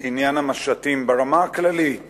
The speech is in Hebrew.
לעניין המשטים ברמה הכללית